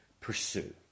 pursue